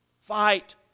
Fight